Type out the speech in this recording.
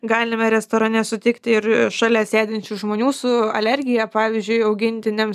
galime restorane sutikti ir ir šalia sėdinčių žmonių su alergija pavyzdžiui augintiniams